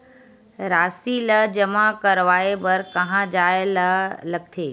राशि ला जमा करवाय बर कहां जाए ला लगथे